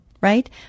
right